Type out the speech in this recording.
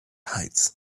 heights